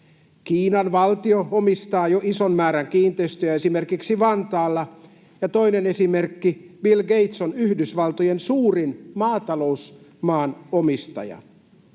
Kiinan valtio omistaa jo ison määrän kiinteistöjä esimerkiksi Vantaalla. Ja toinen esimerkki: Bill Gates on Yhdysvaltojen suurin maatalousmaan omistaja.